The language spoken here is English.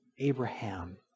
Abraham